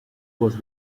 was